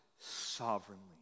sovereignly